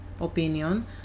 opinion